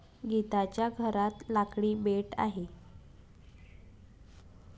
गीताच्या घरात लाकडी बेड आहे